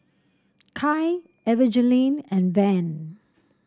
Kai Evangeline and Van